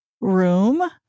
room